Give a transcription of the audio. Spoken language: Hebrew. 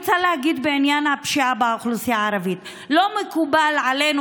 בעניין הפשיעה באוכלוסייה הערבית אני רוצה להגיד: זה לא מקובל עלינו,